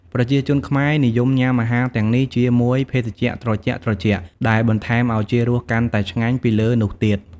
ប្រជាជនខ្មែរ និយមញុាំអាហារទាំងនេះជាមួយភេសជ្ជៈត្រជាក់ៗ ដែលបន្ថែមឱជារសកាន់តែឆ្ងាញ់ពីលើនោះទៀត។